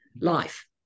life